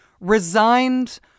resigned